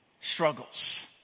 struggles